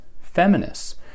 feminists